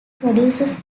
produces